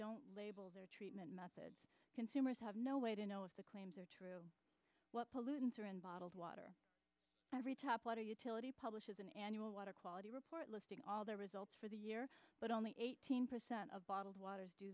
don't label their treatment methods consumers have no way to know if the claims are true pollutants are in bottled water every top water utility publishes an annual water quality report listing all their results for the year but only eighteen percent of bottled water do